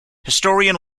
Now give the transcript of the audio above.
historian